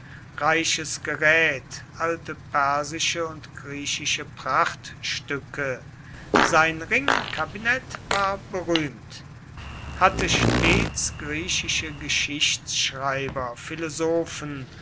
reiches gerät alte persische und griechische prachtstücke sein ringkabinett war berühmt hatte stets griechische geschichtschreiber philosophen